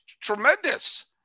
tremendous